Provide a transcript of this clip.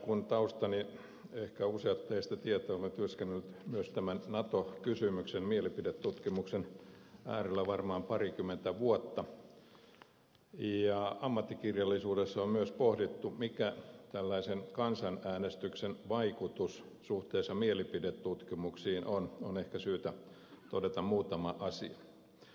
kun taustani ehkä useat teistä tietävät että olen työskennellyt myös tämän nato kysymyksen mielipidetutkimuksen äärellä varmaan parikymmentä vuotta ja kun ammattikirjallisuudessa on myös pohdittu mikä tällaisen kansanäänestyksen vaikutus suhteessa mielipidetutkimuksiin on on ehkä syytä todeta muutama asia